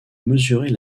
mesurer